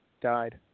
died